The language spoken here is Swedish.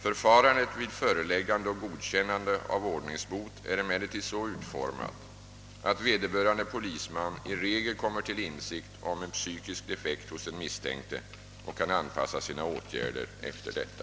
Förfarandet vid föreläggande och godkännande av ordningsbot är emellertid så utformat, att vederbörande polisman i regel kommer till insikt om en psykisk defekt hos den misstänkte och kan anpassa sina åtgärder efter detta.